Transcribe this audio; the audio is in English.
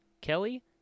Kelly